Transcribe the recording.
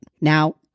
Now